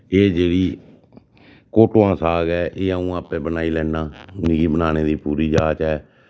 एह् जेह्ड़ी कोटुआं दा साग ऐ एह् आऊं आपें बनाई लैन्ना मिगी बनाने दी पूरी जाच ऐ